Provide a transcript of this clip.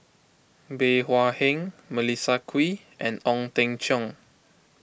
Bey Hua Heng Melissa Kwee and Ong Teng Cheong